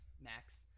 max